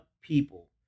people